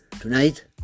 tonight